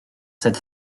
cet